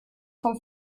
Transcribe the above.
vom